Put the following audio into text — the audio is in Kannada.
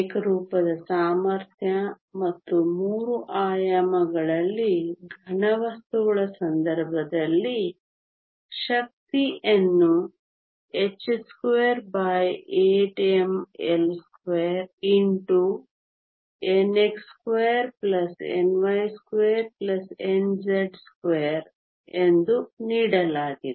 ಏಕರೂಪದ ಸಾಮರ್ಥ್ಯ ಮತ್ತು 3 ಆಯಾಮಗಳಲ್ಲಿ ಘನವಸ್ತುಗಳ ಸಂದರ್ಭದಲ್ಲಿ ಶಕ್ತಿಯನ್ನು h28mL2nx2ny2nz2 ಎಂದು ನೀಡಲಾಗಿದೆ